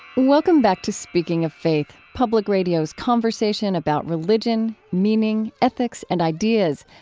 welcome back to speaking of faith, public radio's conversation about religion, meaning, ethics, and ideas.